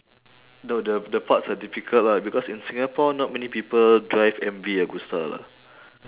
no the the parts are difficult lah because in singapore not many people drive M V agusta lah